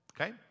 Okay